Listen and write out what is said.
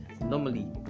normally